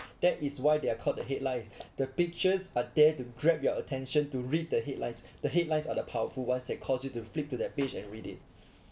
that is why they are called the headlines the pictures are there to grab your attention to read the headlines the headlines are the powerful ones that cause you to flip to that page and read it